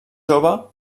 jove